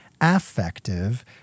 affective